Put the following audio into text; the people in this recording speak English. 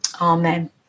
Amen